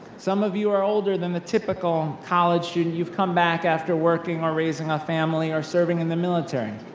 some of you are older than the typical college student. you've come back after working or raising a family, or serving in the military.